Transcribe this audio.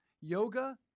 yoga